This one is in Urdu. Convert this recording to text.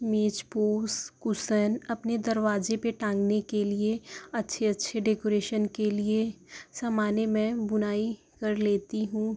میچ پوس کشن اپنے دروازے پہ ٹانگنے کے لیے اچھے اچھے ڈیکوریشن کے لیے سمانے میں بنائی کر لیتی ہوں